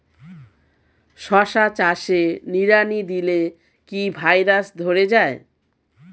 শশা চাষে নিড়ানি দিলে কি ভাইরাস ধরে যায়?